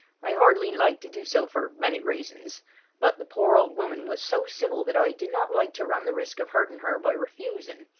i hardly liked to do so for many reasons but the poor old woman was so civil that i did not like to run the risk of hurting her by refusing,